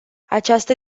această